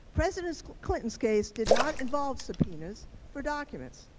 president clinton's case did not involve subpoenas for documents.